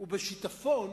ובשיטפון,